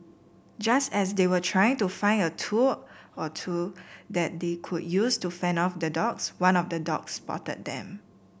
just as they were trying to find a tool or two that they could use to fend off the dogs one of the dogs spotted them